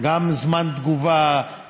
גם זמן התגובה,